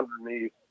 underneath